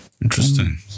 Interesting